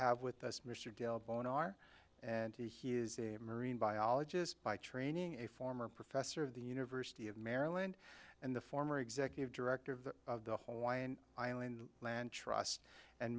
have with us mr dale bowen are and he is a marine biologist by training a former professor of the university of maryland and the former executive director of the whole why an island land trust and